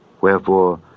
Wherefore